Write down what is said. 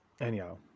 Anyhow